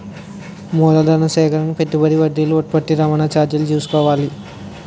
మూలధన సేకరణ పెట్టుబడి వడ్డీలు ఉత్పత్తి రవాణా చార్జీలు చూసుకోవాలి